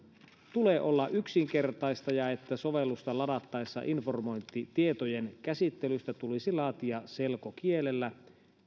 tulee olla yksinkertaista ja että sovellusta ladattaessa informointi tietojen käsittelystä tulisi laatia selkokielellä